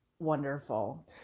Wonderful